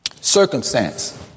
Circumstance